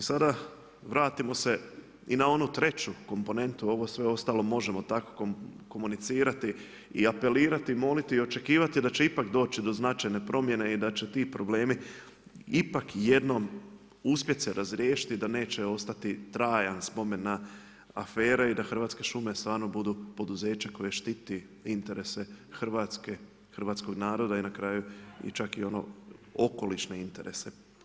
I sada vratimo se i na onu treću komponentu ovo sve ostalo možemo tako komunicirati i apelirati i moliti i očekivati da će ipak doći do značajne promjene i da će ti problemi ipak jednom uspjet se razriješiti i da neće ostati trajan spomen na afere i da Hrvatske šume stvarno budu poduzeća koja štiti interese Hrvatske, hrvatskog naroda i na kraju čak i ono okolišne interese.